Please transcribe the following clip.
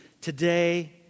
today